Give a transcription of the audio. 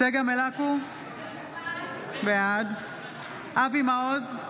צגה מלקו, בעד אבי מעוז,